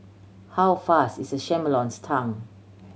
how fast is a chameleon's tongue